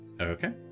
Okay